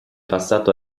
passato